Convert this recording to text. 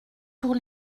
pour